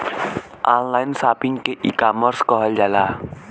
online shopping के ecommerce कहल जाला